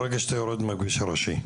מהרגע שאתה יורד מהכביש הראשי.